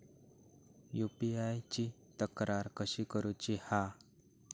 UPI ची तक्रार कशी करुची हा?